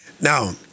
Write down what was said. now